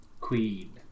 Queen